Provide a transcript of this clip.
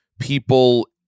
people